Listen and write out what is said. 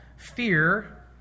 fear